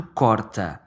corta